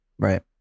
Right